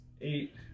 eight